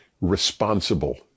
responsible